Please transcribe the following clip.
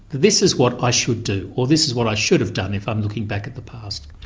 this is what i should do, or this is what i should have done if i'm looking back at the past.